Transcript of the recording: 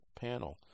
panel